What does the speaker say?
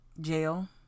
jail